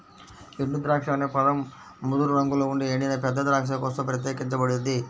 ఎండుద్రాక్ష అనే పదం ముదురు రంగులో ఉండే ఎండిన పెద్ద ద్రాక్ష కోసం ప్రత్యేకించబడింది